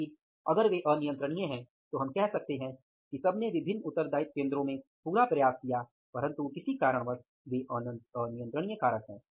लेकिन अगर वे अनियंत्रणीय है तो हम कह सकते हैं कि सबने विभिन्न उत्तरदायित्व केंद्रों में पूरा प्रयास किया परन्तु किसी कारणवश वे अनियंत्रणीय कारक है